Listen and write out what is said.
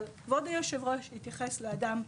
אבל כבוד יושב הראש התייחס לאדם פרטי.